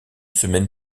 semaine